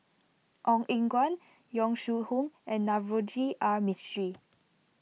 Ong Eng Guan Yong Shu Hoong and Navroji R Mistri